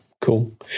Cool